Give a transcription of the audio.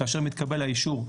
כאשר מתקבל האישור,